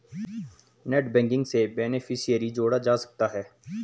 net banking से beneficiary जोड़ा जा सकता है